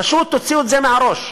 פשוט תוציאו את זה מהראש.